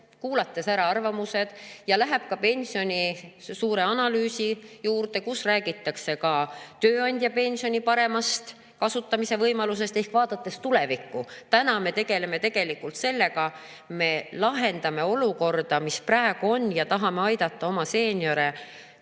kuulas ära arvamused ja läheb ka pensioni suure analüüsi juurde, milles räägitakse tööandja pensioni paremast kasutamise võimalusest ehk tulevikku vaatavalt. Täna me tegeleme tegelikult sellega, et me lahendame olukorda, mis praegu on, ja tahame aidata oma seeniore